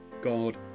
God